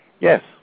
Yes